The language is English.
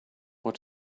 what